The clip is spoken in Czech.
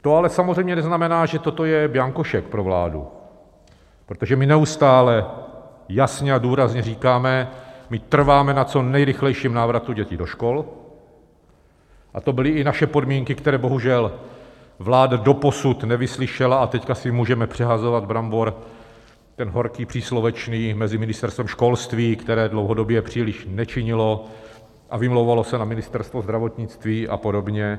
To ale samozřejmě neznamená, že toto je bianko šek pro vládu, protože my neustále jasně a důrazně říkáme: Trváme na co nejrychlejším návratu dětí do škol, a to byly i naše podmínky, které bohužel vláda doposud nevyslyšela a teď si můžeme přehazovat brambor, ten příslovečný horký, mezi Ministerstvem školství, které dlouhodobě příliš nečinilo a vymlouvalo se na Ministerstvo zdravotnictví a podobně.